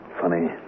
Funny